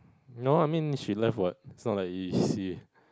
no I mean she left what is not like you see